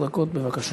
עשר דקות, בבקשה.